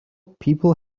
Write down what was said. people